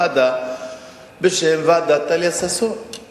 להכריז על מדינה עצמאית באופן חד-צדדי.